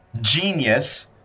Genius